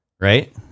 Right